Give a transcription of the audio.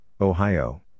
Ohio